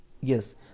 Yes